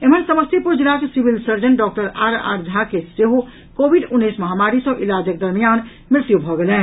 एम्हर समस्तीपुर जिलाक civil surgeon doctor R R Jha के सेहो कोविड उन्नैस महामारी सॅ इलाजक दरमियान मृत्यु भऽ गेलनि